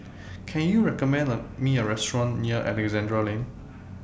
Can YOU recommend Me A Restaurant near Alexandra Lane